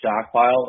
stockpile